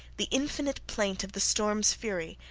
the infinite plaint of the storms fury,